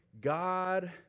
God